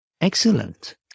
excellent